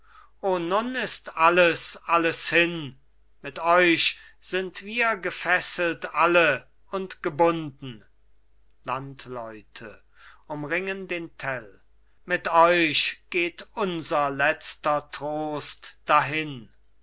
nun ist alles alles hin mit euch sind wir gefesselt alle und gebunden landleute umringen den tell mit euch geht unser letzter trost dahin